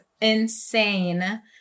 insane